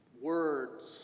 words